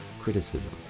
criticism